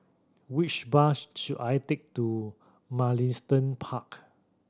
which bus should I take to Mugliston Park